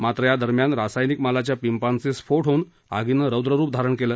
मात्र या दरम्यान रासायनिक मालाच्या पिंपाचे स्फोट होऊन आगीनं रौद्ररुप धारण केलं